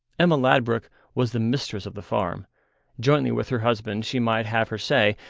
emma ladbruk was the mistress of the farm jointly with her husband she might have her say,